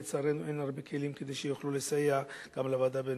לצערנו אין הרבה כלים שיוכלו לסייע גם לוועדה הבין-משרדית.